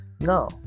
No